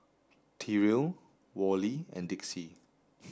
Tyrell Worley and Dixie